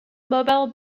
mobile